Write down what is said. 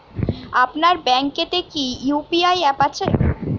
আপনার ব্যাঙ্ক এ তে কি ইউ.পি.আই অ্যাপ আছে?